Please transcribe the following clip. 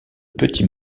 petits